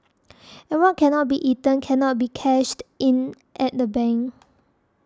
and what cannot be eaten cannot be cashed in at the bank